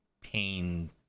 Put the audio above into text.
pain